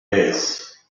vase